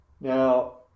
Now